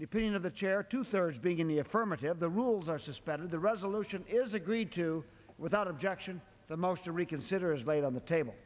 opinion of the chair two thirds being in the affirmative the rules are suspended the resolution is agreed to without objection the most to reconsider is laid on the table